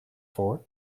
voor